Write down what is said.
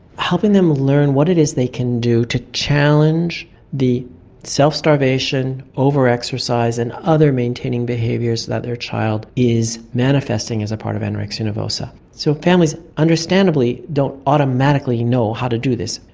helping them learn what it is they can do to challenge challenge the self-starvation, over-exercise and other maintaining behaviours that their child is manifesting as a part of anorexia nervosa. so families understandably don't automatically know how to do this.